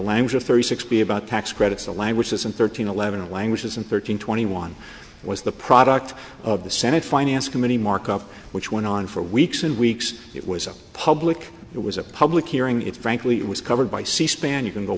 language of thirty six b about tax credits the languages and thirteen eleven languages and thirteen twenty one was the product of the senate finance committee markup which went on for weeks and weeks it was a public it was a public hearing it frankly it was covered by c span you can go